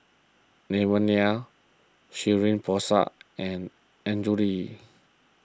Devan Nair Shirin Fozdar and Andrew Lee